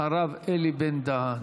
הרב אלי בן-דהן.